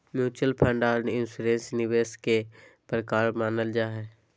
mutual fund आर insurance निवेश के प्रकार मानल जा हय